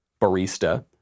barista